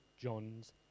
John's